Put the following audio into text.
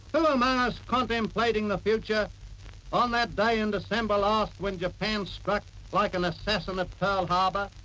so um ah us, contemplating the future on that day in december last when japan struck like an assassin at pearl harbour,